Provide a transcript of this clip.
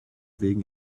wegen